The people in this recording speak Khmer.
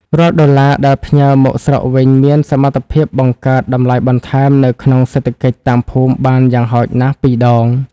រាល់ដុល្លារដែលផ្ញើមកស្រុកវិញ មានសមត្ថភាពបង្កើតតម្លៃបន្ថែមនៅក្នុងសេដ្ឋកិច្ចតាមភូមិបានយ៉ាងហោចណាស់ពីរដង។